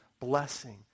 blessing